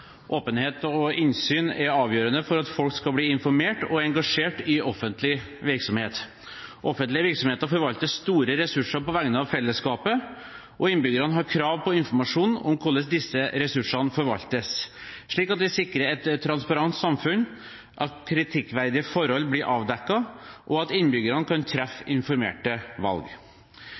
Åpenhet og innsyn er avgjørende for at folk skal bli informert og engasjert i offentlig virksomhet. Offentlige virksomheter forvalter store ressurser på vegne av fellesskapet. Innbyggerne har krav på informasjon om hvordan disse ressursene forvaltes, slik at vi sikrer et transparent samfunn, at kritikkverdige forhold blir avdekket, og at innbyggerne kan treffe informerte valg.